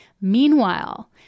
Meanwhile